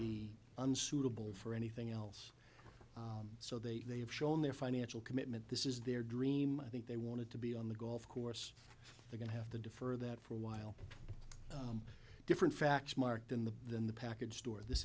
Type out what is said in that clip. be unsuitable for anything else so they they have shown their financial commitment this is their dream i think they wanted to be on the golf course they're going to have to defer that for a while different facts marked in the in the package store this